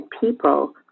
people